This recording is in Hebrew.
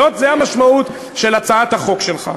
זאת המשמעות של הצעת החוק שלך.